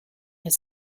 his